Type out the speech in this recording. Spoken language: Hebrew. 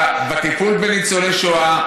בטיפול בניצולי שואה,